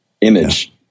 image